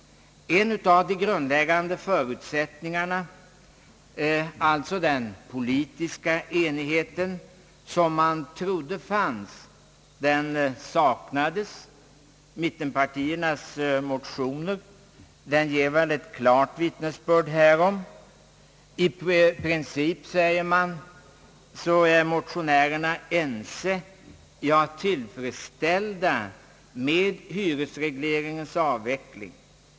En av de grundläggande = förutsättningarna — den politiska enigheten, som man trodde fanns — saknades ju. Mittenpartiernas motioner ger väl ett klart vittnesbörd härom. I princip, säger man, är motionärerna ense, ja, tillfredsställda med hyresregleringens avveckling.